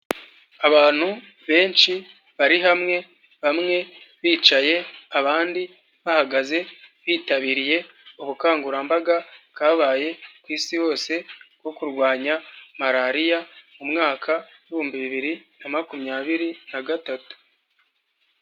Abantu benshi bari hamwe bamwe bicaye abandi bahagaze bitabiriye ubukangurambaga kabaye ku isi yose bwo kurwanya malariya, mu mwaka wa ibihumbi bibiri na makumyabiri na gatatu.